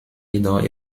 jedoch